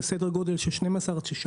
לסדר גודל של 12%-16,